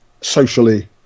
socially